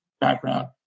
background